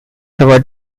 hour